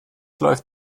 läuft